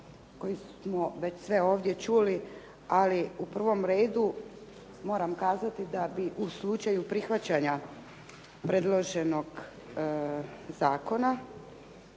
koje smo već sve ovdje čuli, ali u prvom redu moram kazati da bi u slučaju prihvaćanja predloženog zakona